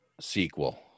sequel